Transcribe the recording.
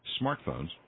smartphones